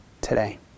today